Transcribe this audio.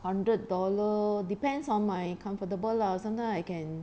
hundred dollar depends on my comfortable lah sometime I can